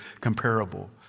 comparable